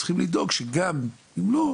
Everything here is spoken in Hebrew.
צריכים לדאוג שגם אם לא,